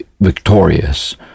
victorious